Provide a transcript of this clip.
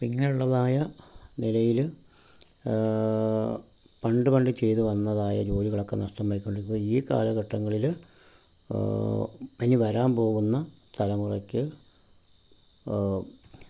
അപ്പം ഇങ്ങനെയുള്ളതായ നിലയിൽ പണ്ട് പണ്ട് ചെയ്ത് വന്നതായ ജോലികളൊക്ക നഷ്ടമായി കൊണ്ടിരിക്കുന്ന ഈ കാലഘട്ടങ്ങളിൽ ഇനി വരാൻ പോകുന്ന തലമുറയ്ക്ക്